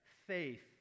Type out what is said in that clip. Faith